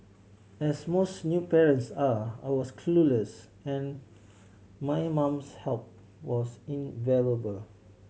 as most new parents are I was clueless and my mum's help was invaluable